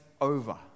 over